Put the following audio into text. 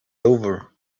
over